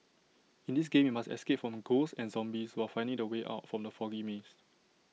in this game you must escape from ghosts and zombies while finding the way out from the foggy maze